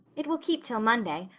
it will keep till monday.